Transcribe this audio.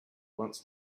wants